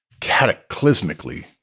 cataclysmically